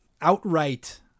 outright